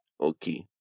Okay